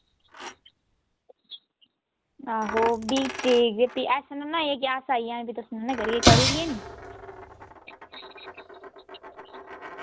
आहो बीह् तरीक ते ऐसा नना होई जाह्ग कि अस आई जाह्गे ते तुस ना करेओ करी ओड़गे नी